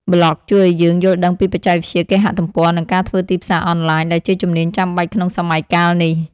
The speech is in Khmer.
ប្លក់ជួយឱ្យយើងយល់ដឹងពីបច្ចេកវិទ្យាគេហទំព័រ និងការធ្វើទីផ្សារអនឡាញ ដែលជាជំនាញចាំបាច់ក្នុងសម័យកាលនេះ។